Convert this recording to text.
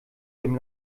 dem